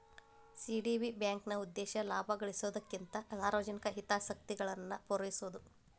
CDB ಬ್ಯಾಂಕ್ನ ಉದ್ದೇಶ ಲಾಭ ಗಳಿಸೊದಕ್ಕಿಂತ ಸಾರ್ವಜನಿಕ ಹಿತಾಸಕ್ತಿಗಳನ್ನ ಪೂರೈಸೊದು